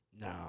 No